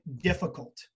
difficult